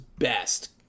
best